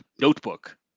notebook